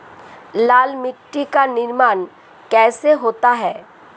लाल मिट्टी का निर्माण कैसे होता है?